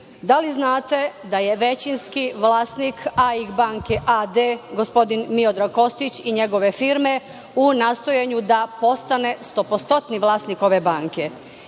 Da li znate da je većinski vlasnik AIK banke a.d. gospodin Miodrag Kostić i njegove firme u nastojanju da postane stopostotni vlasnik ove banke,